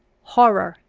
horror,